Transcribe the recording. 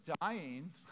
dying